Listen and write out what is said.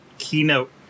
keynote